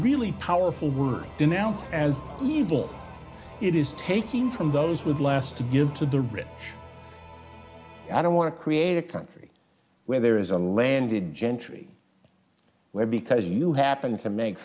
really powerful word denounce as evil it is taking from those with last to give to the rich i don't want to create a country where there is a landed gentry where because you happen to make